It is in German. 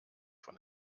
von